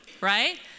right